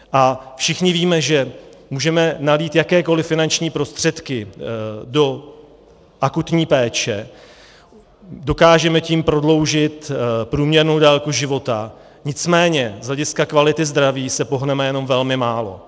A všichni víme, že můžeme nalít jakékoliv finančních prostředky do akutní péče, dokážeme tím prodloužit průměrnou délku života, nicméně z hlediska kvality zdraví se pohneme jenom velmi málo.